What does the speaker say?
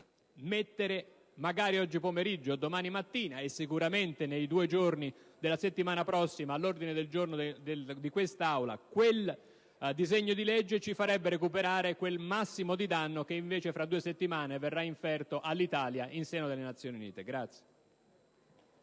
mettere magari oggi pomeriggio, domani mattina o sicuramente nei due giorni della settimana prossima, all'ordine del giorno di quest'Aula quel disegno di legge ci farebbe recuperare quel massimo di danno che invece fra due settimane verrà inferto all'Italia insieme alle Nazioni Unite.